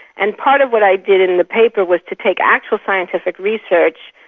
and part of what i did in the paper was to take actual scientific research,